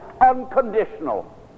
unconditional